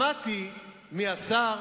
שמעתי מהשר,